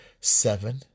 Seven